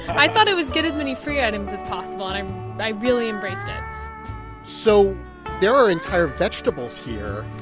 i thought it was get as many free items as possible. and i really embraced it so there are entire vegetables here.